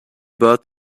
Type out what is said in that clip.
bought